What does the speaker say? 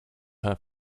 her